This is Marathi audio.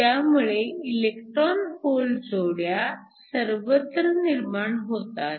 त्यामुळे इलेक्ट्रॉन होल जोड्या सर्वत्र निर्माण होतात